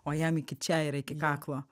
o jam iki čia yra iki kaklo